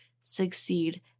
succeed